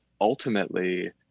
ultimately